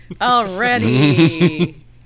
Already